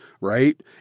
right